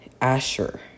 Asher